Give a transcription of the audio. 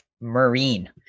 Marine